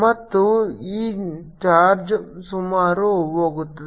ಮತ್ತು ಈ ಚಾರ್ಜ್ ಸುಮಾರು ಹೋಗುತ್ತದೆ